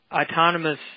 autonomous